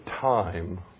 time